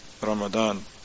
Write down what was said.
Ramadan